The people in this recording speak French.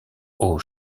aux